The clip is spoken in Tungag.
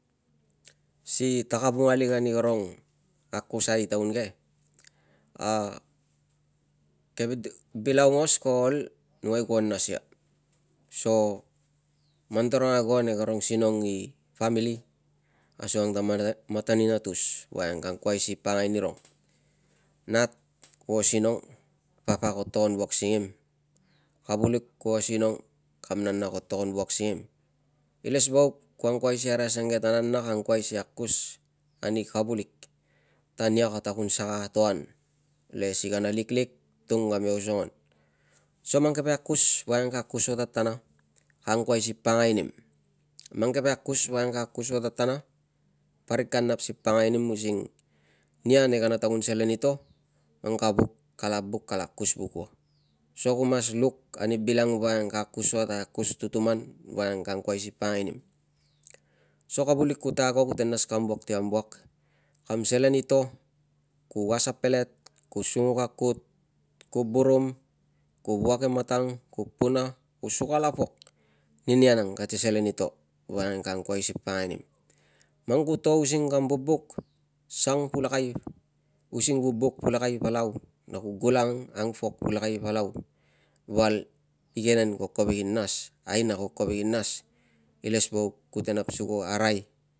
Si tak avunga lik ani karong akusai i taun ke keve bil aungos ko ol numai kuo nas ia so man tarong ago nei karong sinong i famili asuang ta mana matan inatus woiang ka angkuai si pakangai nirung. Nat kuo sinong papa ko togon wuak singim, kavulik kuo sinong kam nana ko togon wuak singim. Ilesvauk ku angkuai si arai asange ta nana ka angkuai si akus ani kavulik ta nia kata kun saka to an le si kana liklik tung kame osongon. So mang keve akus woiang ka akus ua tatana ko angkuai si pakangai nim na mang keve akus woiang ka akus ua tatana parik ka angkuai si ka pakangai nim using nia nei kana kun selen i to man ka vuk, kala buk kala akus vuk ua so ku mas luk ani bil woiang ka akus ua ta akus tutuman woiang ka angkuai si pakangai nim. So kavulik kute ago kute nas kam wuak ti kam wuak, kam selen i to ku was a pelet, ku sunguk a kut, ku burum, ku wuak e matang, ku puna ku sukal a pok, ninia nang kate selen i to woiang ka angkuai si pakangai nim. Man ku to using kam vubuk, sang pulakai using vubuk pulakai palau na ku gulang angpok pulakai palau val igenen ko kovek i nas- aina ko kovek i nas, ilesvauk kute nap si ku arai